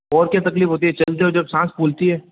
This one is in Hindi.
और क्या तकलीफ होती है चलते हो तब साँस फूलती है